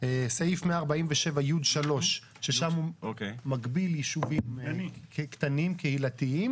סעיף 147י(3) ששם הוא מגביל יישובים קטנים קהילתיים.